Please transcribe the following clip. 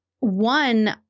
one